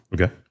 Okay